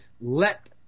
let